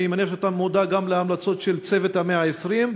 אני מניח שאתה מודע גם להמלצות של "צוות 120 הימים".